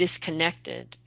disconnected